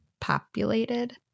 populated